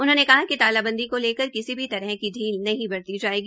उन्होंने कहा कि तालाबंदी को लेकर किसी भी तरह की पील नही बरती जायेगी